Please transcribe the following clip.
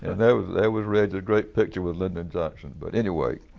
and that was that was reg's great picture with lyndon johnson. but anyway,